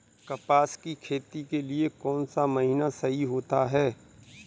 कपास की खेती के लिए कौन सा महीना सही होता है?